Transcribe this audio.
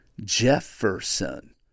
Jefferson